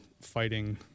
fighting